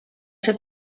ser